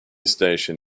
station